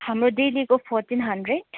हाम्रो डेलीको fourteen hundred